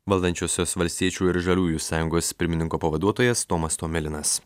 valdančiosios valstiečių ir žaliųjų sąjungos pirmininko pavaduotojas tomas tomilinas